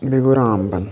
بیٚیہِ گوٚو رامبن